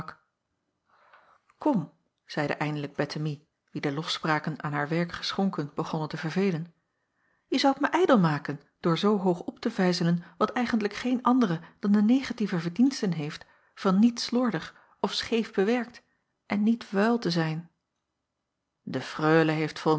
kom zeide eindelijk bettemie wie de lofspraken aan haar werk geschonken begonnen te verveelen je zoudt mij ijdel maken door zoo hoog op te vijzelen wat eigentlijk geen andere dan de negatieve verdiensten heeft van niet slordig of scheef bewerkt en niet vuil te zijn de freule heeft